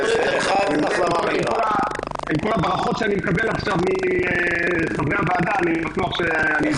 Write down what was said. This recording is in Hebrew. עם כל הברכות שאני מקבל עכשיו מחברי הוועדה אני בטוח שאחלים.